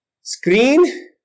screen